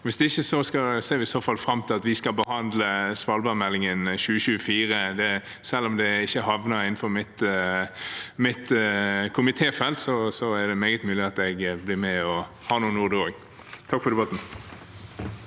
Hvis ikke ser vi i så fall fram til at vi skal behandle svalbardmeldingen for 2024. Selv om den ikke havner innenfor mitt komitéfelt, er det meget mulig at jeg blir med og har noen ord da også. Takk for debatten.